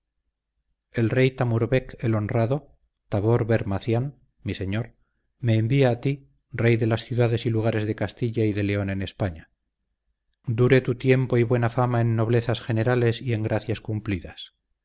el rey tamurbec el honrado tabor bermacián mi señor me envía a ti rey de las ciudades y lugares de castilla y de león e españa dure tu tiempo y buena fama en noblezas generales y en gracias cumplidas